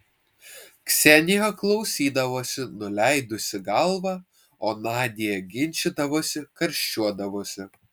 ksenija klausydavosi nuleidusi galvą o nadia ginčydavosi karščiuodavosi